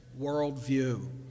worldview